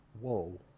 Whoa